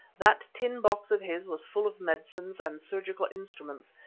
that tin box of his was full of medicines and surgical instruments,